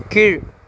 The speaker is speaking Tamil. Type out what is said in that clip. கீழ்